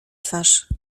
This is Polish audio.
twarz